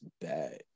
bad